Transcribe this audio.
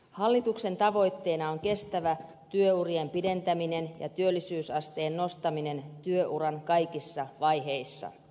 hallituksen tavoitteena on kestävä työurien pidentäminen ja työllisyysasteen nostaminen työuran kaikissa vaiheissa